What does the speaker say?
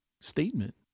statement